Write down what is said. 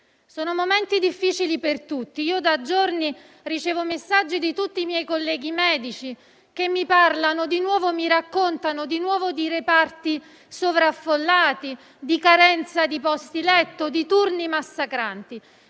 Sono momenti difficili per tutti. Da giorni ricevo messaggi di tutti i miei colleghi medici, che mi raccontano di nuovo di reparti sovraffollati, di carenza di posti letto, di turni massacranti.